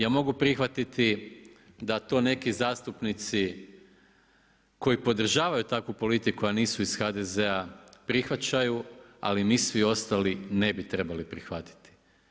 Ja mogu prihvatiti da to neki zastupnici koji podržavaju takvu politiku a nisu iz HDZ-a prihvaćaju ali mi svi ostali ne bi trebali prihvatiti.